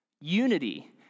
Unity